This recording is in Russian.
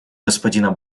господина